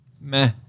Meh